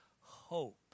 hope